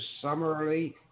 summarily